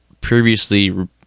previously